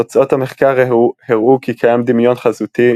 תוצאות המחקר הראו כי קיים דמיון חזותי